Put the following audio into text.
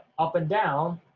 up and down,